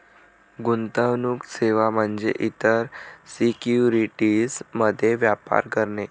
गुंतवणूक सेवा म्हणजे इतर सिक्युरिटीज मध्ये व्यापार करणे